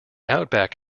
outback